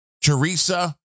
Teresa